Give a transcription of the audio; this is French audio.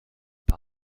par